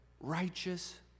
righteous